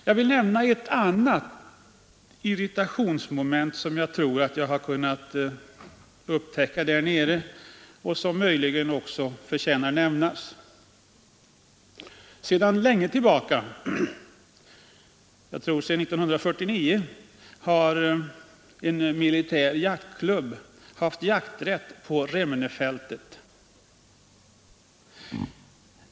Jag vill nämna ett annat irritationsmoment, som jag har kunnat upptäcka där nere och som möjligen också förtjänar att nämnas. Sedan lång tid tillbaka — jag tror att det är sedan 1949 — har en militär jaktklubb haft jakträtt på Remmenefältet.